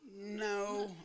no